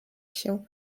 się